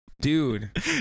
Dude